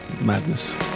madness